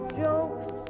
jokes